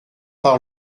par